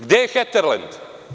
Gde je „Heterlend“